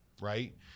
Right